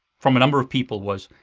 from a number of people, was,